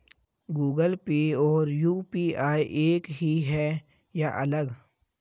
Google Pay और UPI एक ही है या अलग?